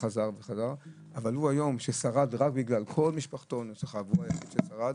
הוא ששרד, כל משפחתו נרצחה והוא היחיד ששרד